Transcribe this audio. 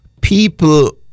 People